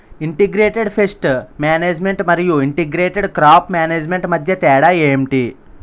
integrated pest management మరియు integrated crop management మధ్య తేడా ఏంటి